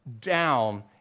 down